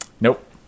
Nope